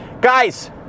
Guys